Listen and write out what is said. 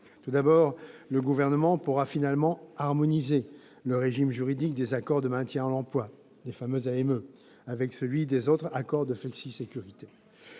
Tout d'abord, le Gouvernement pourra finalement harmoniser le régime juridique des accords de maintien de l'emploi, les fameux AME, avec celui des autres accords de flexisécurité.